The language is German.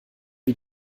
wie